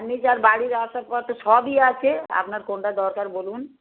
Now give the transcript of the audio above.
আপনি যার বাড়ির আসার পথে সবই আছে আপনার কোনটা দরকার বলুন